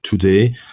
today